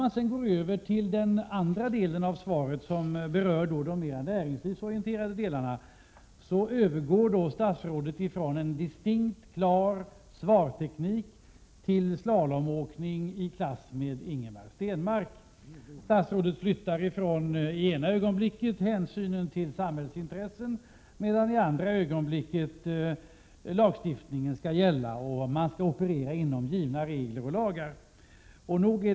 När man studerar den andra delen av svaret som berör de mera näringslivsorienterade frågorna, finner man att statsrådet övergår från en distinkt och klar svarsteknik till slalomåkning i klass med Ingemar Stenmark. Statsrådet talar i det ena ögonblicket om hänsynen till samhällsintressena och i det andra ögonblicket om att lagstiftning skall gälla och att man skall operera inom ramen för givna regler och lagar.